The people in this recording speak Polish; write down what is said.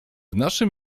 naszym